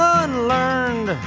unlearned